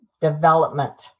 development